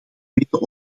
weten